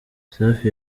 safi